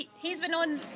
he's he's been on